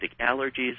allergies